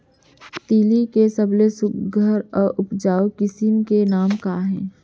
तिलि के सबले सुघ्घर अऊ उपजाऊ किसिम के नाम का हे?